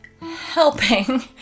helping